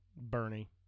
Bernie